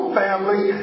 family